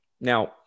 Now